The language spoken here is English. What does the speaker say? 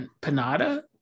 panada